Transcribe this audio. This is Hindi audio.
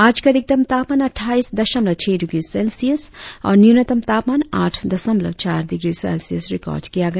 आज का अधिकतम तापमान अटठाईस दशमलव छह डिग्री सेल्सियस और न्यूनतम तापमान आठ दशमलव चार डिग्री सेल्सियस रिकार्ड किया गया